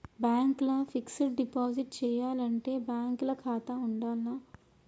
Bank ల fixed deposit చేయాలంటే bank ల ఖాతా ఉండాల్నా?